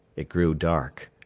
it grew dark.